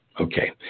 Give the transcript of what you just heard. Okay